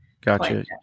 Gotcha